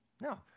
No